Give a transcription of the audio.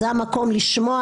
זה המקום לשמוע,